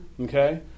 Okay